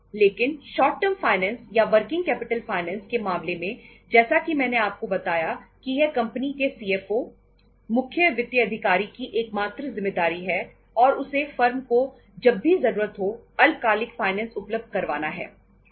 लेकिन short term finance मुख्य वित्तीय अधिकारी की एकमात्र जिम्मेदारी है और उसे फर्म को जब भी जरूरत हो अल्पकालिक फाइनेंस उपलब्ध करवाना है